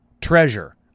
Treasure